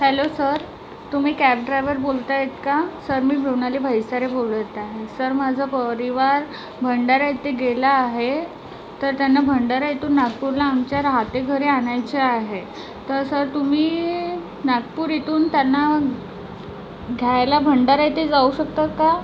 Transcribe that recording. hello sir तुम्ही cab driver बोलतायेत का सर मी मृणाली भैसारे बोलत आहे सर माझा परिवार भंडारा येथे गेला आहे तर त्यांना भंडारा येथून नागपूरला आमच्या रहाते घरी आणायचे आहे तर सर तुम्ही नागपूर इथून त्यांना घ्यायला भंडारा येथे जाऊ शकता का